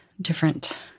different